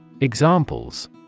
Examples